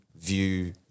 view